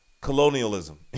colonialism